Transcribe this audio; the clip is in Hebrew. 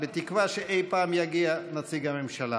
בתקווה שאי פעם יגיע נציג הממשלה.